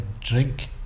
drink